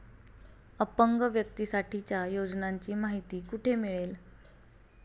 अपंग व्यक्तीसाठीच्या योजनांची माहिती कुठे मिळेल?